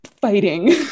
fighting